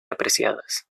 apreciadas